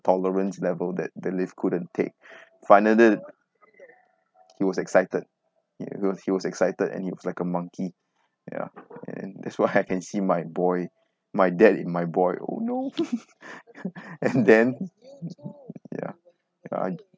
tolerance level that the lift couldn't take finally he was excited ya he was excited and he was like a monkey ya and that's why I can see my boy my dad in my boy oh no and then ya I